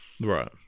right